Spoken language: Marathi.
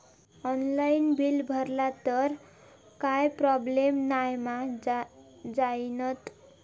ऑनलाइन बिल भरला तर काय प्रोब्लेम नाय मा जाईनत?